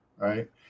right